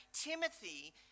Timothy